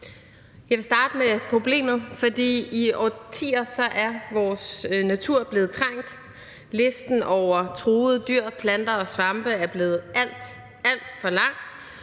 Jeg vil starte med problemet, for igennem årtier er vores natur blevet trængt. Listen over truede dyr, planter og svampe er blevet alt, alt for lang.